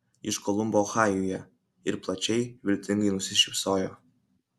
iš kolumbo ohajuje ir plačiai viltingai nusišypsojo